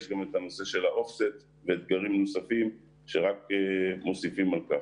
יש גם את נושא ה-offset ואתגרים נוספים שרק מוסיפים על כך.